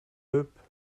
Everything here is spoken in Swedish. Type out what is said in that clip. upp